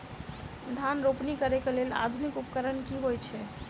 धान रोपनी करै कऽ लेल आधुनिक उपकरण की होइ छथि?